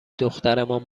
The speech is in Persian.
دخترمان